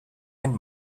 and